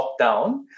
lockdown